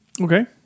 Okay